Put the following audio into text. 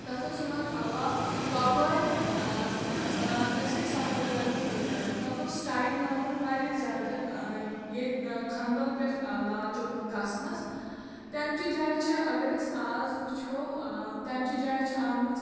تَتھ اوس یِوان ہوا ژۄپٲرۍ تہٕ أسۍ ٲسۍ سفر کَران تٔتھۍ پٮ۪ٹھ تَتھ اوس ٹایِم لَگَان واریاہ زیادٕ ییٚتہِ کھنہٕ بَل پٮ۪ٹھ لال چوک گژھنَس تَمہِ چہِ جایہِ چھِ اگر أسۍ اَز وُچھَو آ تَمہِ چہِ جایہِ چھِ آمٕژ